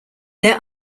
there